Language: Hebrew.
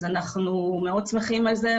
אז אנחנו מאוד שמחים על זה,